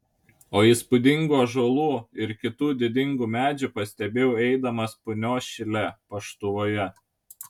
o įspūdingų ąžuolų ir kitų didingų medžių pastebėjau eidamas punios šile paštuvoje